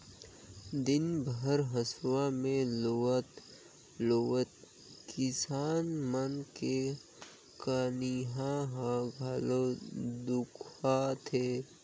दिन भर हंसुआ में लुवत लुवत किसान मन के कनिहा ह घलो दुखा थे